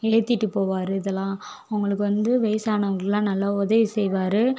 ஏற்றிட்டு போவார் இதெலாம் அவங்களுக்கு வந்து வயசானவங்களுக்கலாம் நல்லா உதவி செய்வார்